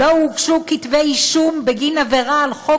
לא הוגשו כתבי אישום בגין עבירה על חוק